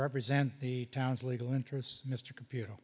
represent the town's legal interests mr computer